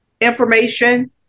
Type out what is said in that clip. information